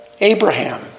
Abraham